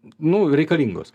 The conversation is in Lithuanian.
nu reikalingos